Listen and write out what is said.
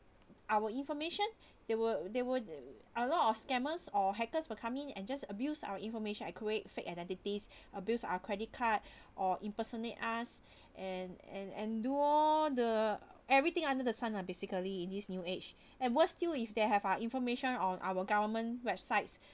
our information they will there were a lot of scammers or hackers will come in and just abuse our information I create fake identities abuse our credit card or impersonate us and and and do all the everything under the sun lah basically in this new age and worse still if they have our information on our government websites